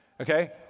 okay